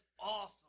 awesome